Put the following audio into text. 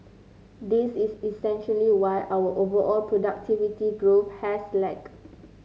this is essentially why our overall productivity growth has lagged